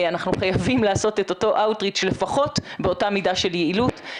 אנחנו חייבים לעשות את אותו אאוטריץ' לפחות באותה מידה של יעילות.